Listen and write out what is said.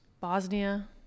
Bosnia